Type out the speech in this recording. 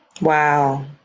Wow